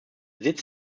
sitz